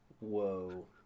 Whoa